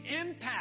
impact